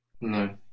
no